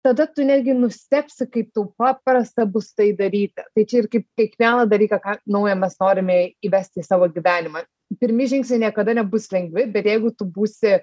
tada tu netgi nustebsi kaip tau paprasta bus tai daryti tai čia ir kaip kiekvieną dalyką ką naujo mes norime įvesti savo gyvenimą pirmi žingsniai niekada nebus lengvi bet jeigu tu būsi